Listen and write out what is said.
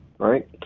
Right